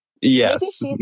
yes